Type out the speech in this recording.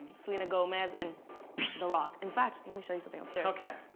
selena gomez, and the rock. in fact, let me show you something upstairs. ok.